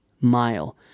mile